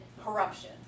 corruption